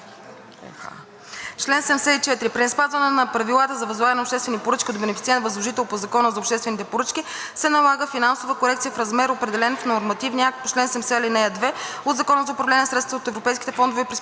Чл. 74. При неспазване на правилата за възлагане на обществени поръчки от бенефициент – възложител по Закона за обществените поръчки, се налага финансова корекция в размер, определен в нормативния акт по чл. 70, ал. 2 от Закона за управление на средствата от Европейските фондове при споделено